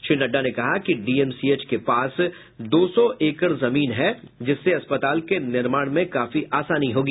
श्री नड्डा ने कहा कि डीएमसीएच के पास दो सौ एकड़ जमीन है जिससे अस्पताल के निर्माण में काफी आसानी होगी